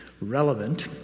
relevant